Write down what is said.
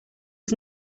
was